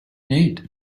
need